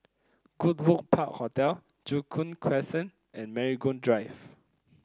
Goodwood Park Hotel Joo Koon Crescent and Marigold Drive